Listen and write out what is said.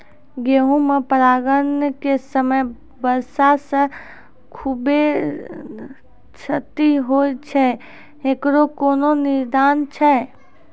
गेहूँ मे परागण के समय वर्षा से खुबे क्षति होय छैय इकरो कोनो निदान छै?